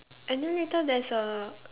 and then later there's a